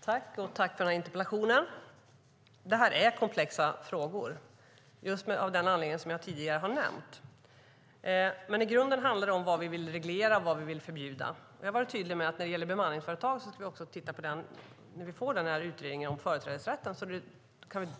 Fru talman! Tack för interpellationen. Det här är komplexa frågor just av den anledning som jag tidigare nämnde. Men i grunden handlar det om vad vi vill reglera och vad vi vill förbjuda. Vi har varit tydliga med att när det gäller bemanningsföretag ska vi utifrån utredningen om företrädesrätten - när